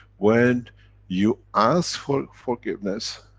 when you ask for forgiveness,